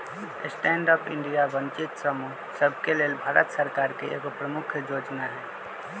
stand Up India वंचित समूह सभके लेल भारत सरकार के एगो प्रमुख जोजना हइ